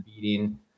beating